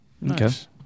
Nice